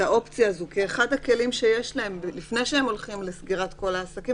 כי אחד הכלים שיש להם לפני סגירת כל העסקים